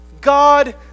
God